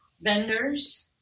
vendors